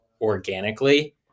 organically